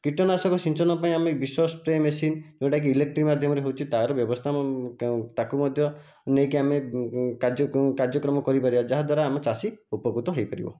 କୀଟନାଶକ ସିଞ୍ଚନ ପାଇଁ ଆମେ ବିଷ ସ୍ପ୍ରେ ମେସିନ୍ ଯେଉଁଟାକି ଇଲେକ୍ଟ୍ରିକ୍ ମାଧ୍ୟମରେ ହେଉଛି ତା'ର ବ୍ୟବସ୍ଥା ତାକୁ ମଧ୍ୟ ନେଇକି ଆମେ କାର୍ଯ୍ୟକ୍ରମ କରିପାରିବା ଯାହାଦ୍ୱାରା ଆମ ଚାଷୀ ଉପକୃତ ହୋଇପାରିବ